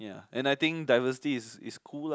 ya and I think diversity is is cool lah